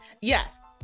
Yes